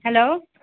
hello